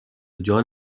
جان